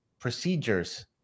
procedures